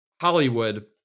Hollywood